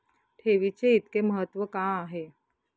ठेवीचे इतके महत्व का आहे?